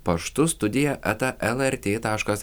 paštu studija eta lrt taškas